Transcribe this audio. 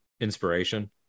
inspiration